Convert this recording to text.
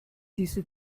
diese